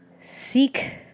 seek